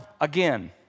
again